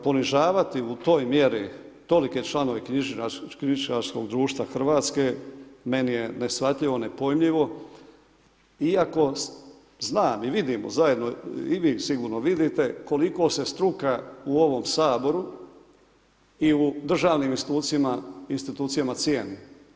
Ponižavati u toj mjeri tolike članove knjižničarskog društva Hrvatske meni je neshvatljivo, nepojmljivo, iako znam i vidimo zajedno i vi sigurno vidite koliko se struka u ovom Saboru i u državnim institucijama cijeni.